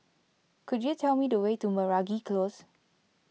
could you tell me the way to Meragi Close